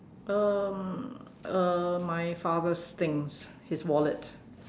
um uh my father's things his wallet